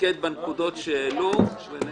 להתמקד בנקודות שעלו.